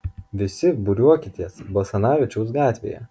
visi būriuokitės basanavičiaus gatvėje